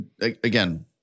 again